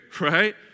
right